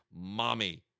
Mommy